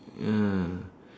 ya